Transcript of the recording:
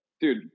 dude